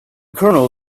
colonel